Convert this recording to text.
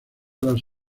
las